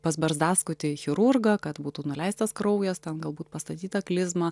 pas barzdaskutį chirurgą kad būtų nuleistas kraujas ten galbūt pastatyta klizma